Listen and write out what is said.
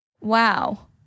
wow